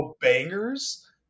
bangers